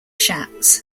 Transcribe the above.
schatz